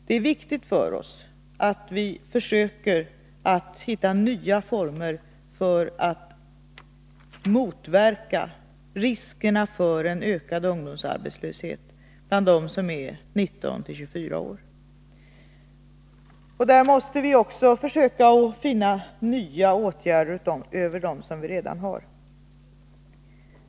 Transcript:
Det är viktigt för oss att vi försöker att hitta nya former för att motverka riskerna för en ökad ungdomsarbetslöshet bland dem som är 19-24 år. För den gruppen måste vi också försöka finna nya åtgärder utöver dem som vi redan har vidtagit.